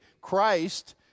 Christ